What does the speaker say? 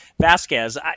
Vasquez